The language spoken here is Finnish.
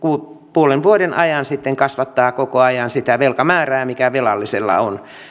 puolen vuoden ajan sitten kasvattavat koko ajan sitä velkamäärää mikä velallisella on